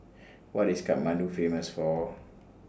What IS Kathmandu Famous For